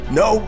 no